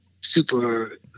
Super